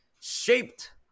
shaped